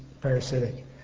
parasitic